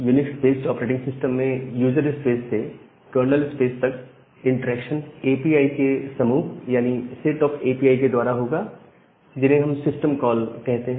Unix based operating system में user space से kernel space तक इंटरेक्शन ए पी आई के समूह यानी सेट ऑफ एपीआई के द्वारा होगा जिन्हें हम सिस्टम कॉल कहते हैं